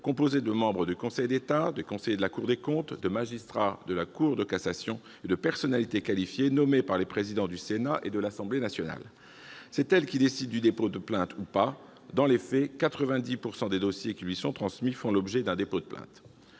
composée de membres du Conseil d'État, de conseillers de la Cour des comptes, de magistrats de la Cour de cassation et de personnalités qualifiées nommées par les présidents du Sénat et de l'Assemblée nationale. C'est elle qui décide du dépôt de plainte ou non. Dans les faits, 90 % des dossiers qui lui sont transmis font l'objet d'une plainte.